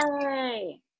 Yay